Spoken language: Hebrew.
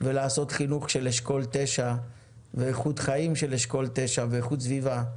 ולעשות חינוך של אשכול 9 ואיכות חיים של אשכול 9 ואיכות סביבה.